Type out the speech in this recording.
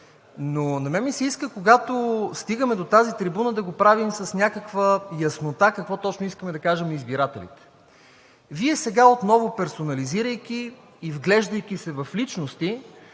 Но на мен ми се иска, когато стигаме до тази трибуна, да го правим с някаква яснота какво точно искаме да кажем на избирателите. Вие сега отново, персонализирайки и вглеждайки се в личности,